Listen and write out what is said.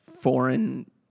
foreign